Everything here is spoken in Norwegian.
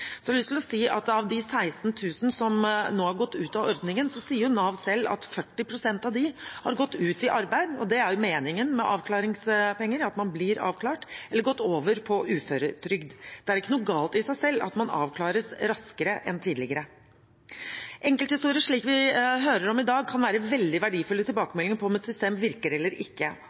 Så har jeg lyst til å si at av de 16 000 som nå har gått ut av ordningen, sier Nav selv at 40 pst. har gått ut i arbeid. Det er jo meningen med avklaringspenger, at man blir avklart, eller har gått over på uføretrygd. Det er ikke noe galt i seg selv at man avklares raskere enn tidligere. Enkelthistorier som vi hører i dag, kan være veldig verdifulle tilbakemeldinger på om et system virker eller ikke,